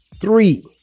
Three